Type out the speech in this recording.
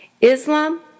Islam